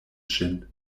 ŝin